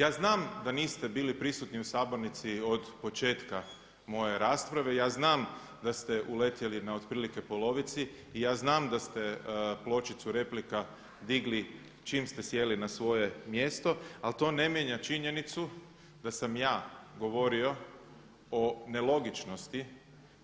Ja znam da niste bili prisutni u sabornici od početka moje rasprave, ja znam da ste uletjeli na otprilike polovici i ja znam da ste pločicu replika digli čim ste sjeli na svoje mjesto, ali to ne mijenja činjenicu da sam ja govorio o nelogičnosti